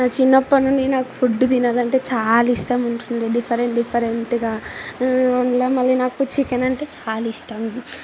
నా చిన్నపడి నుండి నాకు ఫుడ్డు తినాలంటే చాలా ఇష్టం ఉంటుండే డిఫరెంట్ డిఫరెంట్గా ఉందా మళ్ళీ నాకు చికెన్ అంటే చాలా ఇష్టము